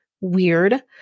Weird